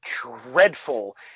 dreadful